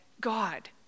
God